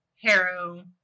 Harrow